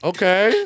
Okay